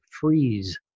freeze